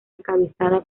encabezada